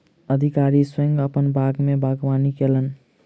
अधिकारी स्वयं अपन बाग में बागवानी कयलैन